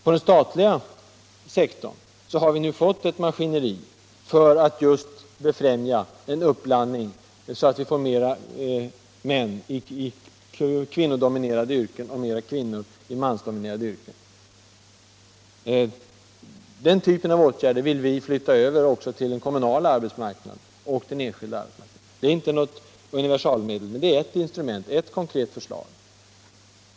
På den statliga sektorn har vi nu fått ctt maskineri just för att befrämja en uppblandning, så att vi får fler män i kvinnodominerade yrken och fler kvinnor i mansdominerade yrken. Den typen av åtgärder vill vi flytta över också till den kommunala och den enskilda arbetsmarknaden. Det är inget universalmedel men ett instrument och ett konkret förslag.